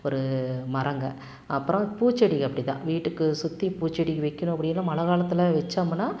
ஒரு மரம்ங்க அப்புறோம் பூச்செடிக அப்படி தான் வீட்டுக்கு சுற்றி பூச்செடி வைக்கிணும் அப்படினா மழை காலத்தில் வச்சோம்ன்னா